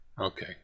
okay